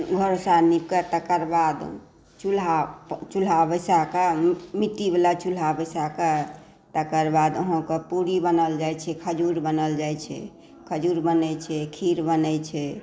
घर ओसारा निप कए तकर बाद चुल्हा चुल्हा बैसाकऽ मिट्टी वला चुल्हा बैसा कऽ तकर बाद अहाँकेॅं पुरी बनाओल जाइ छै खजुर बनाओल जाइ छै खजुर बनै छै खीर बनै छै